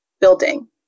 building